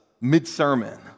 mid-sermon